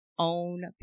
own